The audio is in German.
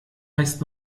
heißt